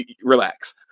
relax